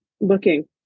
looking